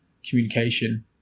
communication